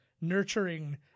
nurturing